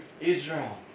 Israel